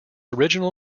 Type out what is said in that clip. original